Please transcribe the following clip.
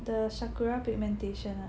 the Shakura pigmentation ah